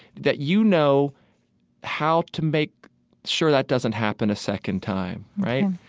that you know how to make sure that doesn't happen a second time, right?